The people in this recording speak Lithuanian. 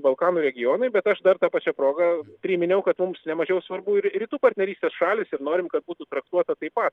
balkanų regionui bet aš dar ta pačia proga priminiau kad mums nemažiau svarbu ir rytų partnerystės šalys ir norim kad būtų traktuoti taip pat